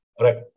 Right